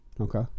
Okay